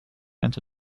enter